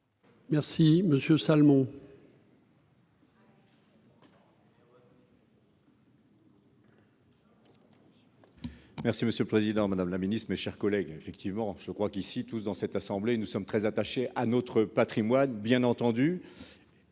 Merci monsieur le Président, Madame la Ministre, mes chers collègues, effectivement, je crois qu'ici tous dans cette assemblée, nous sommes très attachés à notre Patrimoine, bien entendu,